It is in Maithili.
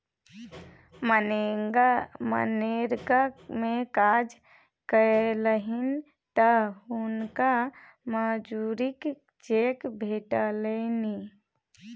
मनरेगा मे काज केलनि तँ हुनका मजूरीक चेक भेटलनि